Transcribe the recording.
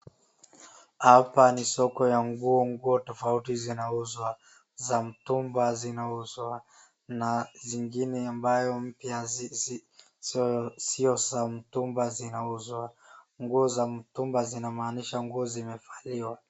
Hapa ni soko ya nguo. Nguo tofauti zinauzwa, za mtumba zinauzwa na zingine ambayo mpya sio za mtumba zinauzwa. Nguo za mtumba zinamaanisha nguo zimevaliwa.